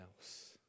else